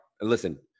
Listen